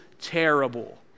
terrible